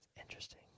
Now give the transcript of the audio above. Interesting